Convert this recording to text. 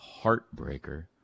heartbreaker